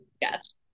yes